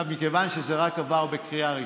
מכיוון שזה עבר רק לקריאה ראשונה,